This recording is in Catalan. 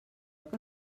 que